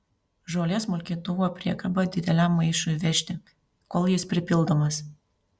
žolės smulkintuvo priekaba dideliam maišui vežti kol jis pripildomas